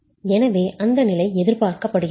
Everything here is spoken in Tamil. எனவே அந்த நிலை எதிர்பார்க்கப்படுகிறது